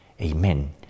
Amen